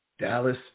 Dallas